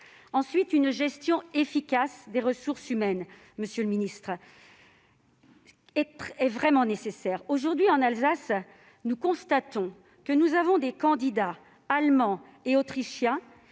Ensuite, une gestion efficace des ressources humaines, monsieur le ministre, est vraiment nécessaire. Aujourd'hui, en Alsace, nous constatons que des candidats allemands et autrichiens